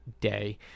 day